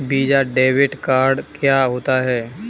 Visa debit card क्या होता है?